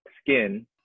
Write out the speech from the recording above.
skin